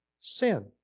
Sin